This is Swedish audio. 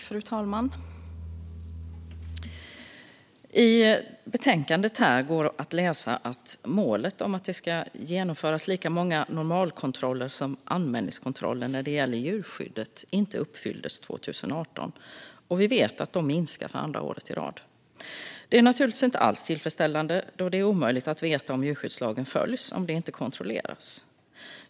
Fru talman! I betänkandet kan man läsa att målet att det ska genomföras lika många normalkontroller som anmälningskontroller när det gäller djurskyddet inte uppfylldes 2018. Vi vet också att kontrollerna minskar för andra året i rad. Det är naturligtvis inte alls tillfredsställande, då det är omöjligt att veta om djurskyddslagen följs om det inte kontrolleras.